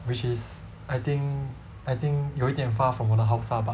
which is I think I think 有一点 far from 我的 house ah but